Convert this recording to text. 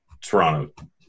Toronto